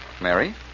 Mary